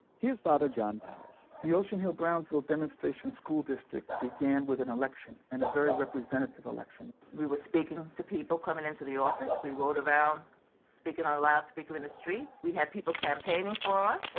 here's father john powis the ocean hill-brownsville demonstration school district began with an election, and a very representative election we were speaking to people coming into the office. we rode around speaking on a loudspeaker in the streets. we had people campaigning for us.